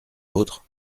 autres